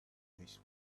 this